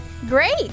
Great